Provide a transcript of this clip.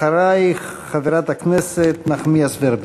אחרייך, חברת הכנסת נחמיאס ורבין.